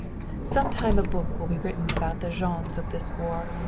sometime a book will be written about the jeans of this war,